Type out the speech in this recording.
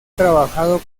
trabajado